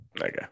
Okay